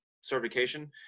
certification